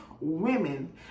women